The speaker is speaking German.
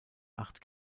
acht